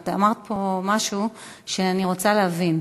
את אמרת פה משהו שאני רוצה להבין.